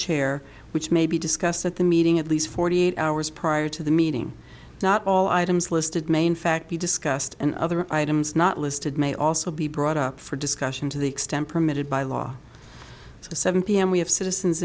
chair which may be discussed at the meeting at least forty eight hours prior to the meeting not all items listed may in fact be discussed and other items not listed may also be brought up for discussion to the extent permitted by law to seven p m we have citizens